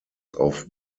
auf